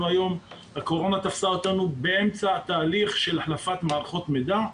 הקורונה תפסה אותנו באמצע תהליך של החלפת מערכות מידע.